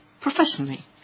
professionally